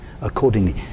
accordingly